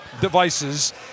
devices